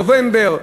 נובמבר.